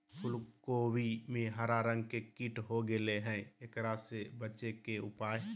फूल कोबी में हरा रंग के कीट हो गेलै हैं, एकरा से बचे के उपाय?